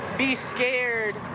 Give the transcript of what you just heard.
be scared.